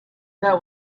that